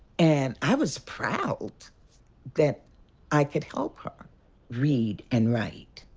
and i was proud that i could help her read and write.